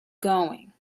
going